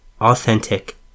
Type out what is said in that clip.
authentic